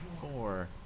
Four